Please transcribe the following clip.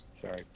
sorry